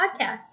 Podcast